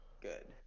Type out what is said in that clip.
good